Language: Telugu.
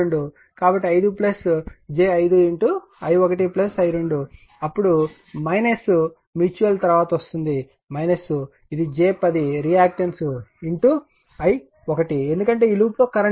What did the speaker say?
కాబట్టి 5 j 5 i1 i2 ఇప్పుడు మ్యూచువల్ తరువాత వస్తుంది ఇది j 10 రియాక్టన్స్ i1 ఎందుకంటే ఈ లూప్లో కరెంట్